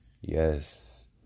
Yes